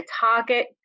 target